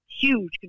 huge